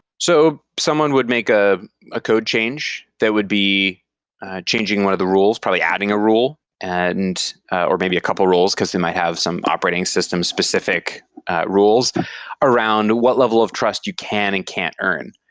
so someone would make ah a code change, that would be changing one of the rules, probably adding a rule and or maybe a couple, because it might have some operating system specific rules around what level of trust you can and can't turn.